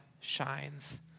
shines